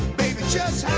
baby, just